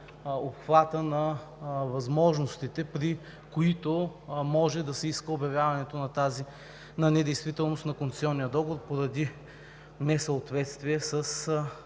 обхвата на възможностите, при които може да се иска обявяването на недействителност на концесионния договор поради несъответствие с